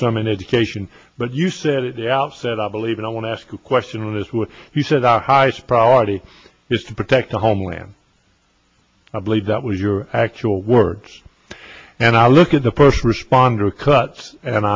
some in education but you said at the outset i believe and i want to ask a question on this when he said our highest priority is to protect the homeland i believe that was your actual words and i look at the first responder cuts and